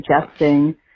suggesting